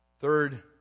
Third